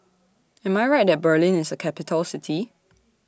Am I Right that Berlin IS A Capital City